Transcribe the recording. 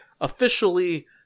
officially